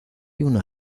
una